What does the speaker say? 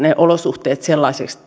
olosuhteet sellaisiksi